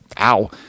ow